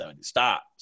Stop